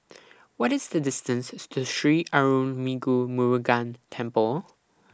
What IS The distance to Sri Arulmigu Murugan Temple